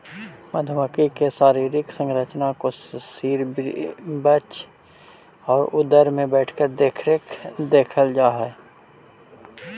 मधुमक्खी के शारीरिक संरचना को सिर वक्ष और उदर में बैठकर देखल जा हई